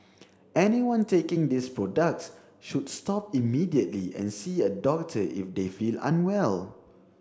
anyone taking these products should stop immediately and see a doctor if they feel unwell